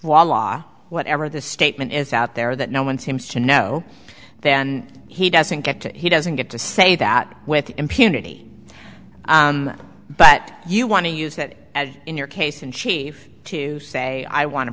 voila whatever the statement is out there that no one seems to know then he doesn't get it he doesn't get to say that with impunity but you want to use that in your case in chief to say i want to